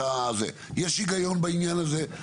יש הגיון בעניין הזה,